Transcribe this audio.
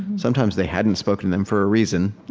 sometimes they hadn't spoken them for a reason,